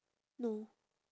no